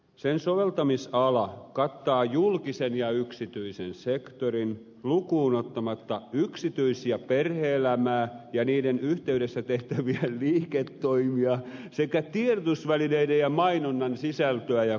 sen soveltamisala kattaa julkisen ja yksityisen sektorin lukuun ottamatta yksityis ja perhe elämää ja niiden yhtey dessä tehtäviä liiketoimia sekä tiedotusvälineiden ja mainonnan sisältöä ja koulutusta